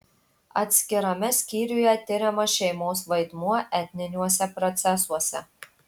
atskirame skyriuje tiriamas šeimos vaidmuo etniniuose procesuose